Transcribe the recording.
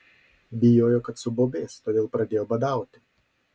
bijojo kad subobės todėl pradėjo badauti